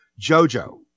jojo